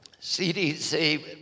CDC